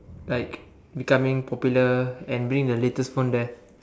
like becoming popular and being the latest phone there